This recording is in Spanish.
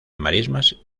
marismas